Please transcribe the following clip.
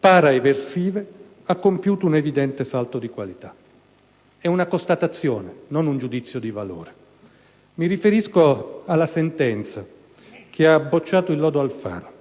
para-eversive ha compiuto un evidente salto di qualità. È una constatazione, non un giudizio di valore. Mi riferisco alla sentenza della Corte costituzionale che ha bocciato il «lodo Alfano».